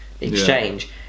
Exchange